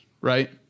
Right